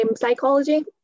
psychology